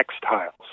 textiles